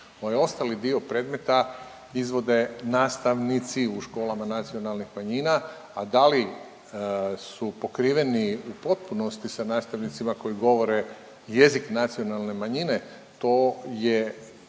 Moj ostali dio predmeta izvode nastavnici u školama nacionalnih manjina, a da li su pokriveni u potpunosti sa nastavnicima koji govore jezik nacionalne manjine to je